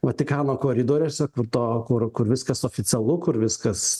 vatikano koridoriuose kur to kur viskas oficialu kur viskas